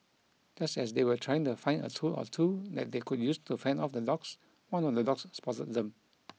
just as they were trying to find a tool or two that they could use to fend off the dogs one of the dogs spotted them